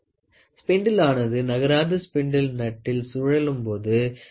ஸ்பிண்டிளானது நகராத ஸ்பிண்டில் நட்டில் சுழலும் போது நகரும்